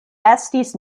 estis